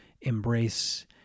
embrace